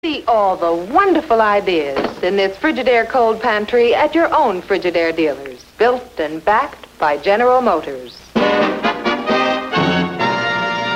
תראו את כל הרעיונות הנפלאים במקרר מדגם "קולד פאנטרי" אצל משווק פריג'דאר שלכם. בייוצר ותמיכה של ג'נרל מוטורס